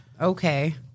okay